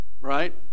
right